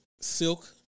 silk